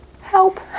help